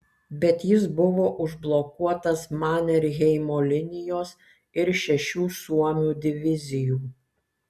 bet jis buvo užblokuotas manerheimo linijos ir šešių suomių divizijų